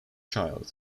child